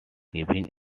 giving